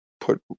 put